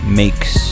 makes